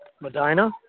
Medina